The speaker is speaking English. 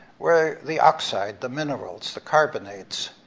were the oxide, the minerals, the carbonates.